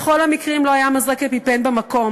בכל המקרים לא היה מזרק אפיפן במקום.